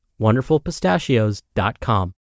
wonderfulpistachios.com